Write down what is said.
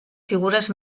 figures